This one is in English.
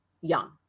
young